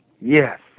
Yes